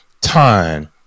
time